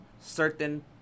certain